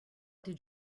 did